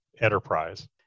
Enterprise